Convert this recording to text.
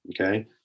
okay